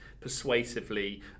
persuasively